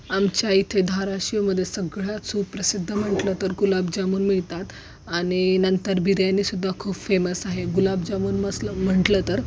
आमच्या इथे धाराशिवमध्ये सगळ्यात सुप्रसिद्ध म्हटलं तर गुलाबजामून मिळतात आणि नंतर बिर्यानीसुद्धा खूप फेमस आहे गुलाबजामून म्हटलं म्हटलं तर